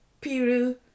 Peru